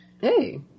Hey